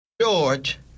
George